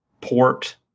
port